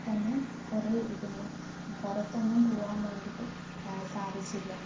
തന്നെ കുറെ ഇരുന്നു പുറത്തൊന്നും പോകാൻ വേണ്ടിയിട്ട് സാധിച്ചില്ല